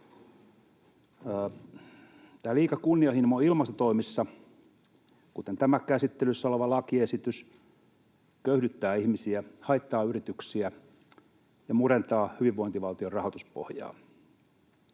liika kunnianhimo ilmastotoimissa, kuten tämä käsittelyssä oleva lakiesitys, köyhdyttää ihmisiä, haittaa yrityksiä ja murentaa hyvinvointivaltion rahoituspohjaa.